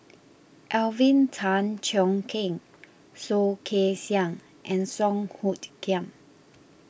Alvin Tan Cheong Kheng Soh Kay Siang and Song Hoot Kiam